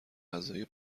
غذایی